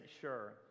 sure